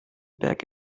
berg